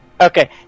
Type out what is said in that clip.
Okay